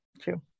true